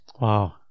Wow